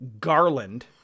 garland